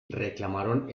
reclamaron